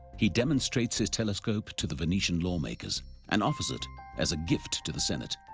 he demonstrates his telescope to the venetian lawmakers and offers it as a gift to the senate.